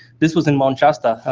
this was in mount shasta,